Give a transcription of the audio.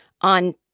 on